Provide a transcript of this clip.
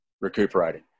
recuperating